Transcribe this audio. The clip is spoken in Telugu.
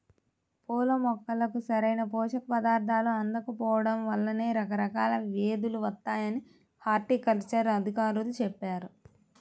పూల మొక్కలకు సరైన పోషక పదార్థాలు అందకపోడం వల్లనే రకరకాల వ్యేదులు వత్తాయని హార్టికల్చర్ అధికారులు చెప్పారు